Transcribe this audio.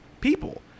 people